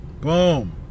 Boom